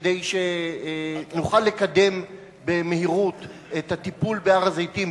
כדי שנוכל לקדם במהירות את הטיפול בהר-הזיתים